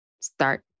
start